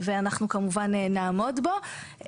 ואנחנו כמובן נעמוד בו.